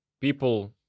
people